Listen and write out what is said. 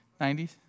90s